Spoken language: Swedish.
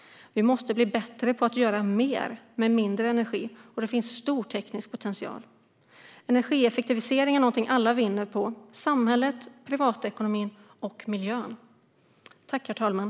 Vi måste bli bättre på att göra mer med mindre energi, och det finns en stor teknisk potential. Energieffektivisering är någonting alla vinner på - samhället, privatekonomin och miljön.